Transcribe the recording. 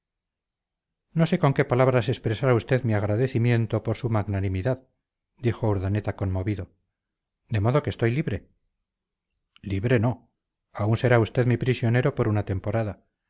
no sé con qué palabras expresar a usted mi agradecimiento por su magnanimidad dijo urdaneta conmovido de modo que estoy libre libre no aún será usted mi prisionero por una temporada